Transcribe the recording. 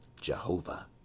Jehovah